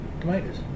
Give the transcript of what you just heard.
tomatoes